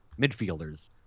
midfielders